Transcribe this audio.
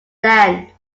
land